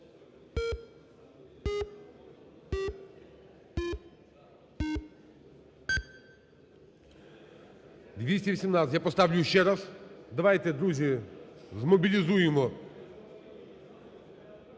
За-218 Я поставлю ще раз. Давайте, друзі, змобілізуємо